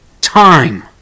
time